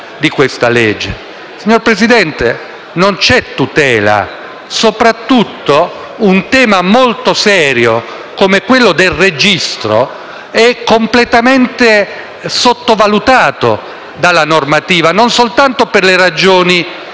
signor Presidente, non c'è tutela. Soprattutto, un tema molto serio come quello del registro è completamente sottovalutato dalla normativa, non soltanto per le ragioni